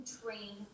train